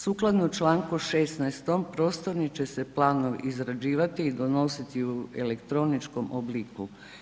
Sukladno čl. 16. prostornim će se planom izrađivati i donositi u elektroničkom obliku.